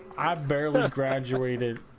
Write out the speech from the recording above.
i'm barely graduated